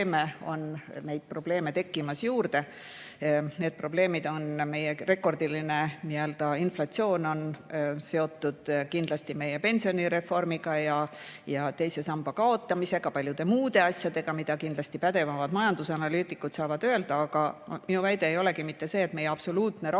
on neid probleeme juurde tekkimas. Need probleemid on meie rekordiline inflatsioon, mis on seotud kindlasti ka meie pensionireformiga, teise samba kaotamisega, samuti paljude muude asjadega, mida kindlasti pädevamad majandusanalüütikud saavad selgitada. Aga minu väide ei olegi mitte see, et meie absoluutne rahastus